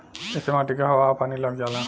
ऐसे माटी के हवा आ पानी लाग जाला